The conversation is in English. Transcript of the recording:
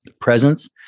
Presence